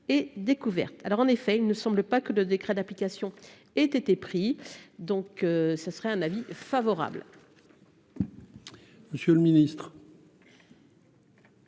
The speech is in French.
découverte, alors en effet il ne semble pas que le décret d'application était pris, donc ça serait un avis favorable. Monsieur le ministre.